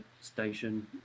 station